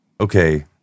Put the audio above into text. okay